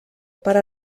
pare